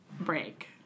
break